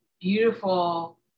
beautiful